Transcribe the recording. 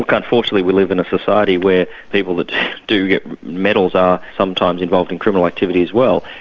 unfortunately we live in a society where people that do get medals are sometimes involved in criminal activity as well.